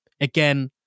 Again